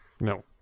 No